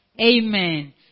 Amen